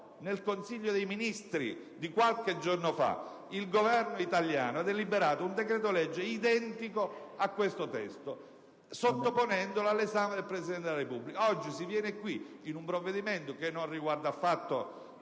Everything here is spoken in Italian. Consiglio dei ministri ha deliberato qualche giorno fa: il Governo ha deliberato un decreto-legge identico a questo testo, sottoponendolo all'esame del Presidente della Repubblica. Oggi, in un provvedimento che non riguarda affatto